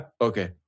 Okay